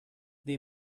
they